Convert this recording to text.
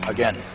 Again